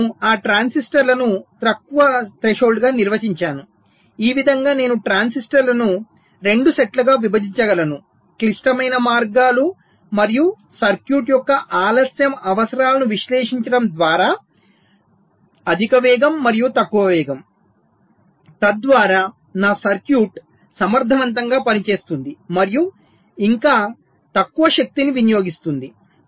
నేను ఆ ట్రాన్సిస్టర్లను తక్కువ థ్రెషోల్డ్ గా నిర్వచించాను ఈ విధంగా నేను ట్రాన్సిస్టర్లను 2 సెట్లుగా విభజించగలను క్లిష్టమైన మార్గాలు మరియు సర్క్యూట్ యొక్క ఆలస్యం అవసరాలను విశ్లేషించడం ద్వారా అధిక వేగం మరియు తక్కువ వేగం తద్వారా నా సర్క్యూట్ సమర్థవంతంగా పనిచేస్తుంది మరియు ఇంకా తక్కువ శక్తిని వినియోగిస్తుంది